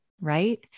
right